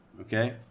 okay